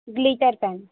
glitter pen